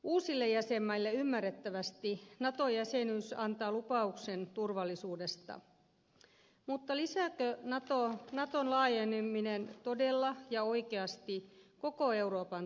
uusille jäsenmaille ymmärrettävästi nato jäsenyys antaa lupauksen turvallisuudesta mutta lisääkö naton laajeneminen todella ja oikeasti koko euroopan turvallisuutta